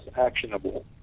actionable